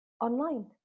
online